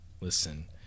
Listen